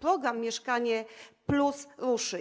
program „Mieszkanie+” ruszy?